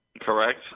Correct